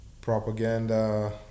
propaganda